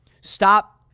stop